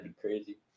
crazy